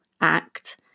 act